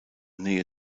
nähe